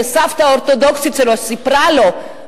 הסבתא האורתודוקסית שלו סיפרה לו,